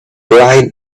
brian